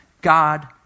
God